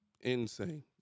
insane